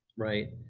right?